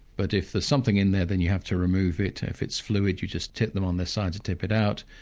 but if there's something in there, then you have to remove it. if it's fluid you just tip them on their side to tip it out.